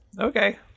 Okay